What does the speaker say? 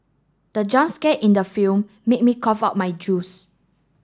the jump scare in the film made me cough out my juice